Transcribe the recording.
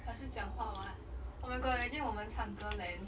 还是讲话 [what] oh my god imagine 我们唱歌 then